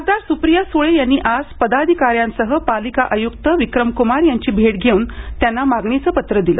खासदार सुप्रिया सुळे यांनी आज पदाधिकाऱ्यांसह पालिका आयुक्त विक्रम कुमार यांची भेट घेऊन त्यांना मागणीचं पत्र दिलं